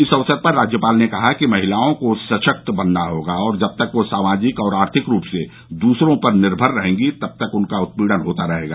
इस अवसर पर राज्यपाल ने कहा कि महिलाओं का सशक्त बनना होगा और जब तक वह सामाजिक और आर्थिक रूप से दूसरों पर निर्भर रहेंगी तब तक उनका उत्पीड़न होता रहेगा